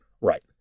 Right